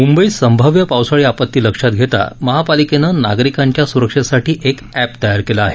मुंबईत संभाव्य पावसाळी आपत्ती लक्षात घेता महापालिकेनं नागरिकांच्या सुरक्षेसाठी एक एप तयार केलं आहे